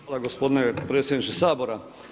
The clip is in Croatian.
Hvala gospodine predsjedniče Sabora.